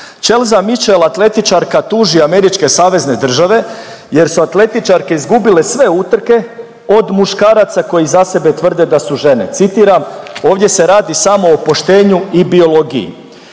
Chelsea Mitchell atletičarka tuži Američke savezne države jer su atletičarke izgubile sve utrke od muškaraca koji za sebe tvrde da su žene, citiram: „ovdje se radi samo o poštenju i biologiji“.